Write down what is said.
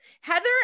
Heather